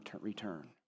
return